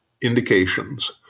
indications